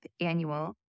annual